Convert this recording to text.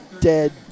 dead